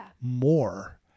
more